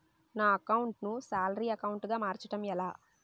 నా అకౌంట్ ను salary account గా మార్చటం ఎలా?